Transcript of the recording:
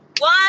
one